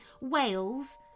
Wales